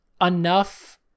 enough